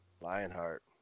Lionheart